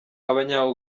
abanya